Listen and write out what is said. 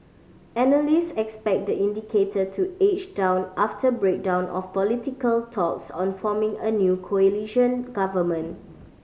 analyst expect the indicator to edge down after breakdown of political talks on forming a new coalition government